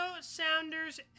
Sounders